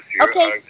Okay